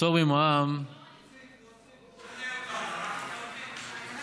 לפטור ממע"מ, איציק, לא שומעים אותך.